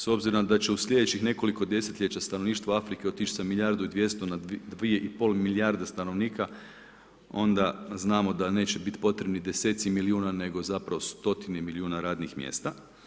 S obzirom da će u slijedećih nekoliko desetljeća stanovništvo Afrike otići sa milijardu i dvjesto na dvije i pol milijarde stanovnika, onda znamo da neće biti potrebni deseci milijuna, nego zapravo stotine milijuna radnih mjesta.